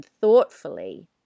thoughtfully